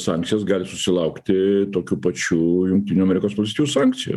sankcijas gali susilaukti tokių pačių jungtinių amerikos valstijų sankcijų